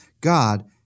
God